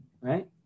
right